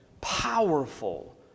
powerful